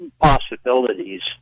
possibilities